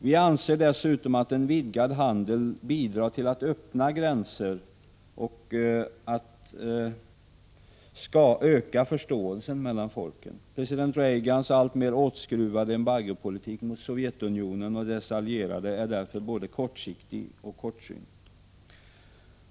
Vi anser dessutom att en vidgad handel bidrar till att öppna gränser och öka förståelsen mellan folken. President Reagans alltmer åtskruvade embargopolitik mot Sovjetunionen och dess allierade är därför både kortsiktig och kortsynt.